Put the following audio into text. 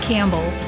Campbell